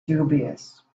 dubious